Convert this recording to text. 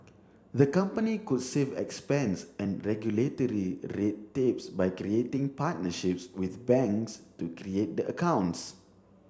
the company could save expense and regulatory red tapes by creating partnerships with banks to create the accounts